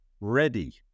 ready